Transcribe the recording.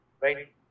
right